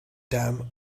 dam